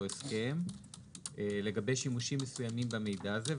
הסכם לגבי שימושים מסוימים במידע הזה,